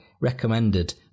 recommended